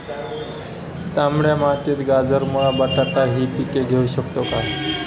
तांबड्या मातीत गाजर, मुळा, बटाटा हि पिके घेऊ शकतो का?